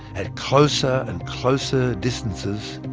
at closer and closer distances,